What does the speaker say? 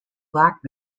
black